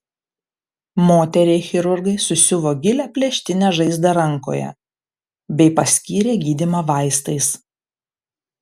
moteriai chirurgai susiuvo gilią plėštinę žaizdą rankoje bei paskyrė gydymą vaistais